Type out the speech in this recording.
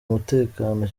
mutekano